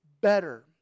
better